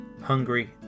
Hungary